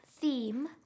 theme